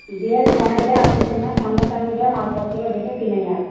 গিয়ে দোকানে গিয়ে আপনি সামনাসামনি গিয়ে মালপত্র দেখে কিনে নিয়ে আসব